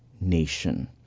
Nation